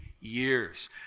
years